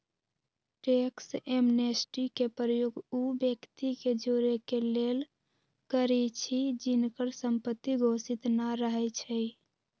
tax amnesty के प्रयोग उ व्यक्ति के जोरेके लेल करइछि जिनकर संपत्ति घोषित न रहै छइ